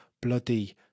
bloody